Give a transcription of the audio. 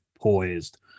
poised